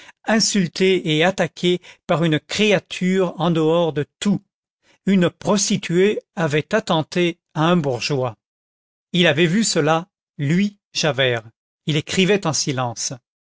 insultée et attaquée par une créature en dehors de tout une prostituée avait attenté à un bourgeois il avait vu cela lui javert il écrivait en silence